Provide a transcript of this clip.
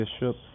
bishop